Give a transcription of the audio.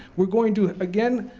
we're going to, again,